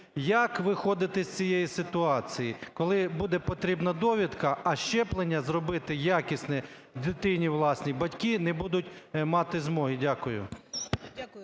Дякую.